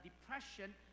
depression